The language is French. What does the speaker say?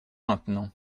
maintenant